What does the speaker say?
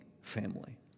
family